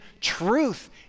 truth